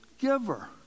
giver